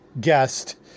guest